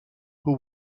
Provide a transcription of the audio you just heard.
who